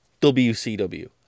wcw